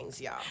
y'all